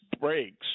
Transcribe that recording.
breaks